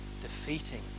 defeating